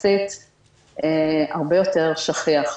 הרבה יותר שכיח,